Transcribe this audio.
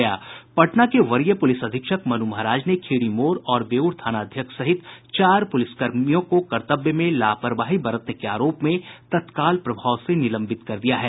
पटना के वरीय पूलिस अधीक्षक मन् महाराज ने खिरी मोड़ और बेऊर थाना अध्यक्ष सहित चार पुलिसकर्मियों को कर्तव्य में लापरवाही बरतने के आरोप में तत्काल प्रभाव से निलंबित कर दिया है